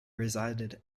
resided